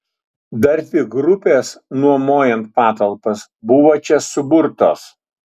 dar dvi grupės nuomojant patalpas buvo čia suburtos